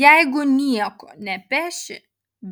jeigu nieko nepeši